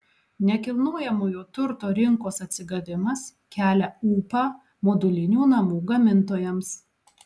nekilnojamojo turto rinkos atsigavimas kelia ūpą modulinių namų gamintojams